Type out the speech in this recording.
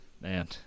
man